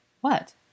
What